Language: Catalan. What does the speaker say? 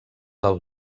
del